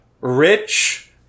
rich